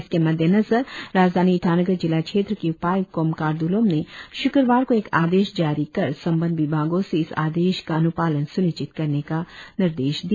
इसके मद्देनजर राजधानी जिला क्षेत्र के उपायुक्त कोमकार दूलोम ने शुक्रवार को एक आदेश जारी कर संबद्ध विभागो से इस आदेश का अन्पालन स्निश्चित कराने का निर्देश दिया